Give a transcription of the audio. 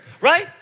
right